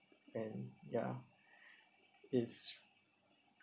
and ya it's